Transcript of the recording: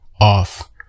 off